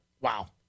Wow